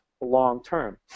long-term